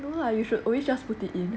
no lah you should always just put it in